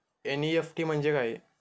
NEFT म्हणजे काय?